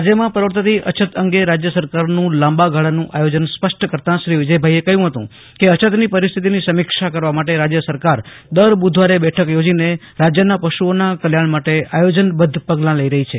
રાજયમાં પ્રવર્તતી અછત અંગે રાજ્યસરકારનું લાંબા ગાળાનું આયોજન સ્પષ્ટ કરતાં શ્રી વિજયભાઇએ કહયું હતું કેઅછતની પરિસ્થિતિની સમીક્ષા કરવા માટે રાજયસરકાર દર બુધવારે બેઠક યોજીને રાજયના પશુઓના કલ્યાણ માટે આયોજનબધ્ધ પગલાં લઇ રહી છે